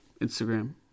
Instagram